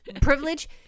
Privilege